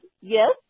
yes